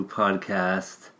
podcast